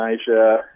Asia